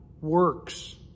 works